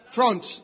Front